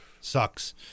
sucks